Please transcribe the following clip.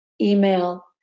email